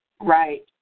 Right